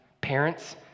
parents